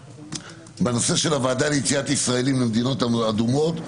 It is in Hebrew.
בנושא של הוועדה ליציאת ישראלים למדינות אדומות.